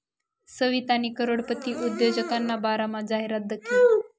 सवितानी करोडपती उद्योजकना बारामा जाहिरात दखी